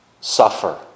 suffer